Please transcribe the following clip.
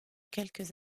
quelques